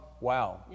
Wow